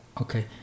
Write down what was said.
Okay